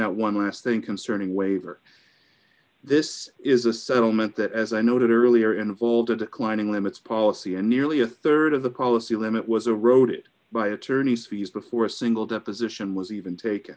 out one last thing concerning waiver this is a settlement that as i noted earlier involved a declining limits policy and nearly a rd of the policy limit was a road by attorneys fees before a single deposition was even take